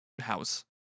house